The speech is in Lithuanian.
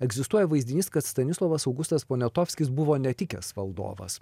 egzistuoja vaizdinys kad stanislovas augustas poniatovskis buvo netikęs valdovas